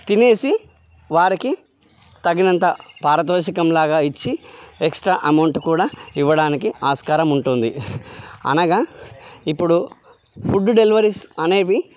తినేసి వారికి తగినంత పారితోషికం లాగా ఇచ్చి ఎక్స్ట్రా అమౌంట్ కూడా ఇవ్వడానికి ఆస్కారం ఉంటుంది అనగా ఇప్పుడు ఫుడ్ డెలివరీస్ అనేవి